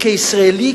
כישראלי,